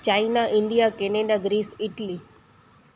China India Canada Greece Italy